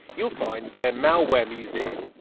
you'll find their malware museum.